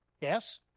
Yes